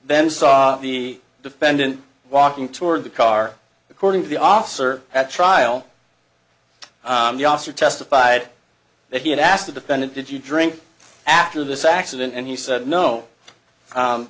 then saw the defendant walking toward the car according to the officer at trial the officer testified that he had asked the defendant did you drink after this accident and he said no